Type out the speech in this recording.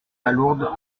palourdes